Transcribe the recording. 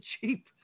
cheap